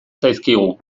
zaizkigu